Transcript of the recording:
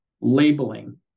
labeling